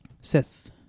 Sith